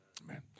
Amen